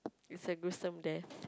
it's a gruesome death